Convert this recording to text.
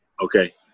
Okay